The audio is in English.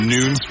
Noon